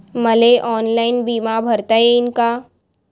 मले ऑनलाईन बिमा भरता येईन का?